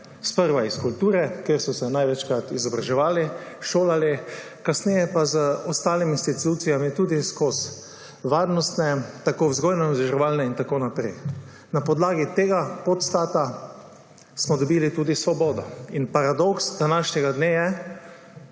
Sprva iz kulture, kjer so se največkrat izobraževali, šolali, kasneje pa z ostalimi institucijami, tudi skozi varnostne, vzgojno-izobraževalne in tako naprej. Na podlagi te podstati smo dobili tudi svobodo. Paradoks današnjega dne je,